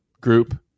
group